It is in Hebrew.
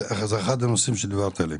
זה אחד הנושאים עליהם דיברתי.